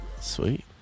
Sweet